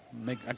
Make